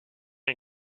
est